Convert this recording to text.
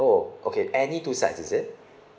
oh okay any two sides is it